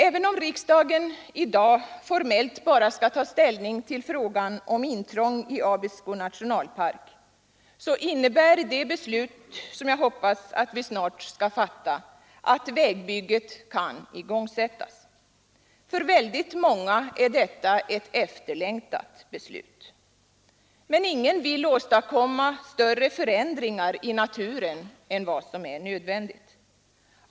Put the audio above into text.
Även om riksdagen i dag formellt bara skall ta ställning till frågan om intrång i Abisko nationalpark, så innebär det beslut som jag hoppas vi snart skall fatta att vägbygget kan igångsättas. För väldigt många är det ett efterlängtat beslut. Men ingen vill åstadkomma större förändringar i naturen än nödvändigt.